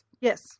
Yes